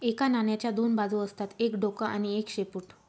एका नाण्याच्या दोन बाजू असतात एक डोक आणि एक शेपूट